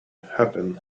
happen